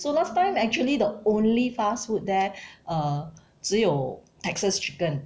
so last time actually the only fast food there uh 只有 Texas Chicken